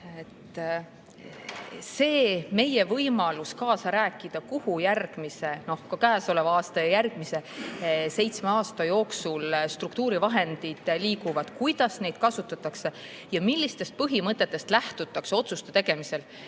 See on meie võimalus kaasa rääkida, kuhu käesoleva aasta ja järgmise seitsme aasta jooksul struktuurivahendid liiguvad, kuidas neid kasutatakse ja millistest põhimõtetest lähtutakse otsuste tegemisel.